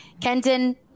Kenton